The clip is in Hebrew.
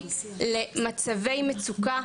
רכיבים מעטים ממנה מתוקצבים,